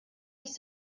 nicht